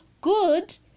Good